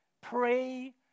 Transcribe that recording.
pray